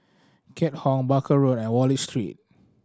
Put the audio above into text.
Keat Hong Barker Road and Wallich Street